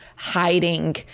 hiding